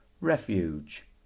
Refuge